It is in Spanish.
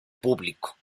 público